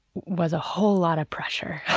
was a whole lot of pressure.